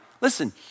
Listen